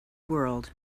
world